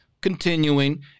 continuing